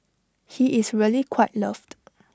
he is really quite loved